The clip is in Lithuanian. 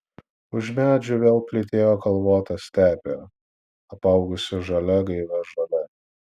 už medžių vėl plytėjo kalvota stepė apaugusi žalia gaivia žole